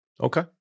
okay